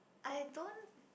I don't